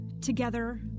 together